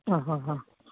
ആഹാഹാ